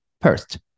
First